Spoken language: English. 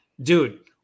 dude